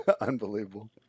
Unbelievable